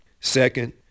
Second